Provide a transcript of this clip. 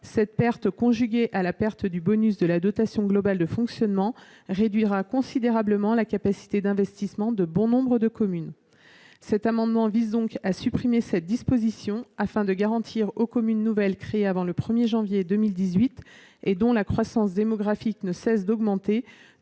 Cette perte, conjuguée à la perte du bonus de la dotation globale de fonctionnement, ou DGF, réduira considérablement la capacité d'investissement de bon nombre de communes. Cet amendement vise donc à supprimer cette disposition, afin de garantir aux communes nouvelles créées avant le 1 janvier 2018, et dont la population ne cesse d'augmenter,